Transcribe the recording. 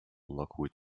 lockwood